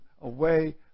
away